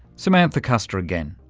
samantha custer again.